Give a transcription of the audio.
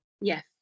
Yes